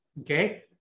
okay